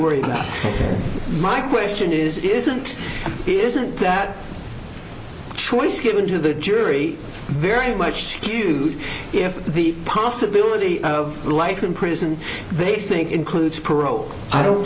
worry about my question is isn't isn't that choice given to the jury very much skewed if the possibility of life in prison they think includes paroch i don't